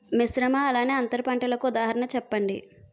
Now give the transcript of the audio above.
మిశ్రమ అలానే అంతర పంటలకు ఉదాహరణ చెప్పండి?